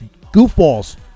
goofballs